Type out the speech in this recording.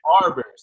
barbers